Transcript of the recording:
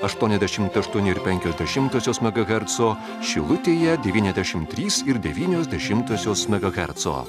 aštuoniasdešimt aštuoni ir penkios dešimtosios megaherco šilutėje devyniasdešim trys ir devynios dešimtosios megaherco